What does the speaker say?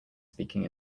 speaking